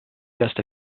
just